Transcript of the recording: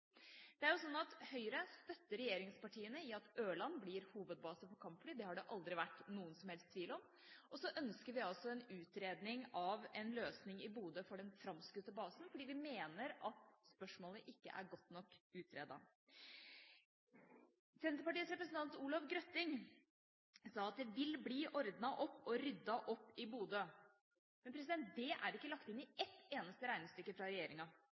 Høyre støtter regjeringspartiene i at Ørland blir hovedbase for kampfly; det har det aldri vært noen som helst tvil om. Så ønsker vi altså en utredning av en løsning i Bodø for den framskutte basen, fordi vi mener at spørsmålet ikke er godt nok utredet. Senterpartiets representant Olov Grøtting sa at det vil bli ordnet opp og ryddet opp i Bodø. Men det er ikke lagt inn i ett eneste regnestykke fra regjeringa.